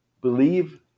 believe